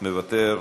מוותר,